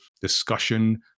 discussion